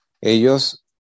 ellos